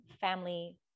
family